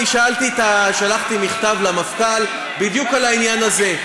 אני שלחתי מכתב למפכ"ל בדיוק על העניין הזה,